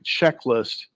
checklist